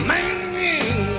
Man